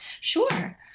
sure